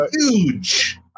huge